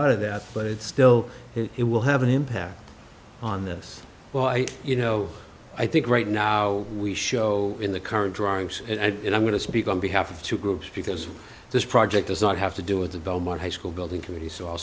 out of that but still it will have an impact on this well i you know i think right now we show in the current drawings and i'm going to speak on behalf of two groups because this project does not have to do with the belmont high school building committee so i'll